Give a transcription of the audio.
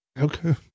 okay